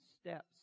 steps